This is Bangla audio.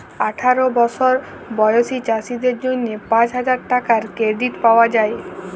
আঠার বসর বয়েসী চাষীদের জ্যনহে পাঁচ হাজার টাকার কেরডিট পাউয়া যায়